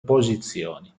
posizioni